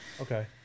okay